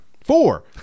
Four